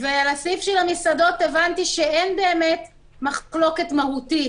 על הסעיף של המסעדות הבנתי שאין באמת מחלוקת מהותית,